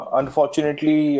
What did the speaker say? unfortunately